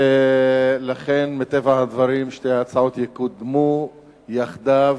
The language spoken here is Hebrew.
ולכן מטבע הדברים שתי ההצעות יקודמו יחדיו,